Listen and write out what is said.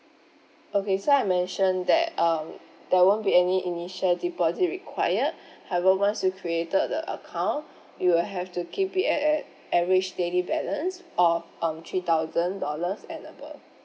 okay so I mentioned that um there won't be any initial deposit required however once you created the account you will have to keep it at at average daily balance of um three thousand dollars and above